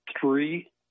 three